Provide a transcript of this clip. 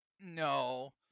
No